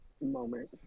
Moment